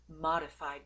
modified